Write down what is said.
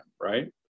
Right